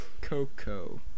Coco